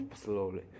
slowly